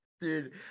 Dude